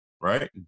right